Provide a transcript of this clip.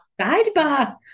Sidebar